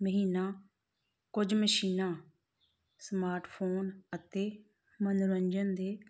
ਮਹੀਨਾ ਕੁਝ ਮਸ਼ੀਨਾਂ ਸਮਾਰਟਫੋਨ ਅਤੇ ਮਨੋਰੰਜਨ ਦੇ